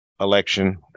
election